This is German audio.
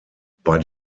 bei